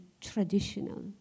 traditional